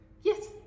Yes